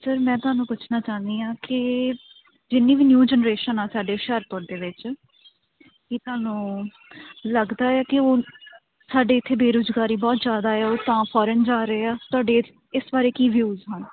sir ਮੈਂ ਤੁਹਾਨੂੰ ਪੁੱਛਣਾ ਚਾਹੁੰਦੀ ਹਾਂ ਕਿ ਜਿੰਨੀ ਵੀ ਨਿਊ ਜਨਰੇਸ਼ਨ ਆ ਸਾਡੇ ਹੁਸ਼ਿਆਰਪੁਰ ਦੇ ਵਿੱਚ ਕੀ ਤੁਹਾਨੂੰ ਲੱਗਦਾ ਹੈ ਕਿ ਉਹ ਸਾਡੇ ਇੱਥੇ ਬੇਰੁਜ਼ਗਾਰੀ ਬਹੁਤ ਜ਼ਿਆਦਾ ਆ ਉਹ ਤਾਂ ਫੋਰਨ ਜਾ ਰਹੇ ਆ ਤੁਹਾਡੇ ਇਸ ਬਾਰੇ ਕੀ ਵਿਊਜ ਹਨ